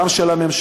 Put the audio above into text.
גם של הממשלה,